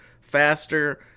faster